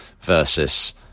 versus